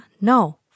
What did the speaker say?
No